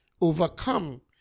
overcome